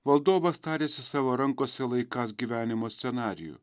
valdovas tariąsis savo rankose laikąs gyvenimo scenarijų